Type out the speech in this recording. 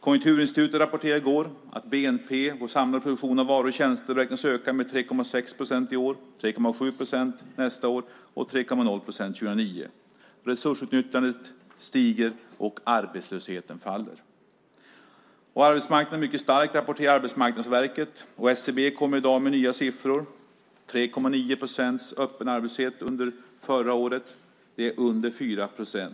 Konjunkturinstitutet rapporterade i går att bnp, vår samlade produktion av varor och tjänster, beräknas öka med 3,6 procent i år, 3,7 procent nästa år och 3,0 procent 2009. Resursutnyttjandet ökar, och arbetslösheten minskar. Arbetsmarknadsverket rapporterar att arbetsmarknaden är mycket stark. Och SCB kommer i dag med nya siffror. Förra året var den öppna arbetslösheten 3,9 procent. Det är under 4 procent.